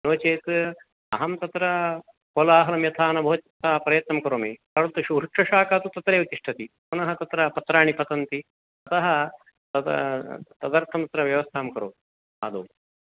नो चेत् अहं तत्र कोलाहलं यथा न भवेत् तथा प्रयत्नं करोमि परन्तु वृक्षशाखा तु तत्रैव तिष्ठति पुनः तत्र पत्राणि पतन्ति अतः तदर्थं तत्र व्यवस्थां करोतु आदौ